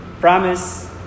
promise